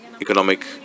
economic